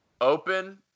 Open